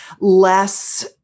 less